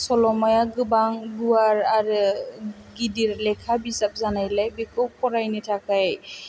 सल'माया गोबां गुवार आरो गिदिर लेखा बिजाब जानायलाय बिखौ फरायनो थाखाय